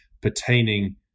pertaining